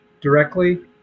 directly